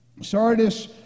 Sardis